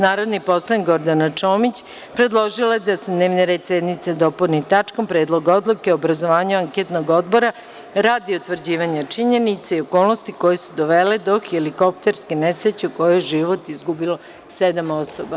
Narodni poslanik Gordana Čomić predložila je da se dnevni red sednice dopuni tačkom – Predlog odluke o obrazovanju anketnog odbora radi utvrđivanja činjenica i okolnosti koje su dovele do helikopterske nesreće u kojoj je život izgubilo sedam osoba.